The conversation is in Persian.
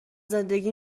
زندگی